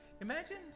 Imagine